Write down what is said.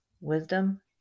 wisdom